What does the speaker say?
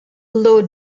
low